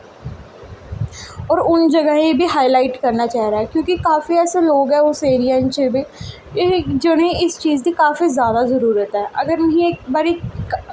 और उ'नें ज'गें गी बी हाईलाइट करना चाहिदा ऐ क्यूंकि काफी ऐसे लोग ऐं उस एरियै च जि'नें इस चीज दी काफी जादा जरूरत ऐ अगर उ'नें गी इक बारी